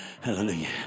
Hallelujah